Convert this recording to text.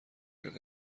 کرد